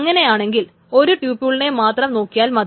അങ്ങനെയാണെങ്കിൽ ഒരു ട്യൂപൂളിനെ മാത്രം നോക്കിയാൽ മതി